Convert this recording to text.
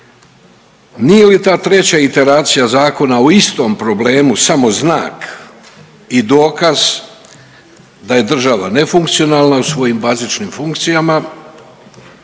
Nije li ta treća iteracija zakona o istom problemu samo znak i dokaz da je država nefunkcionalna u svojih bazičnim funkcijama